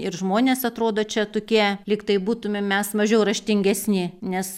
ir žmonės atrodo čia tokie lyg tai būtumėm mes mažiau raštingesni nes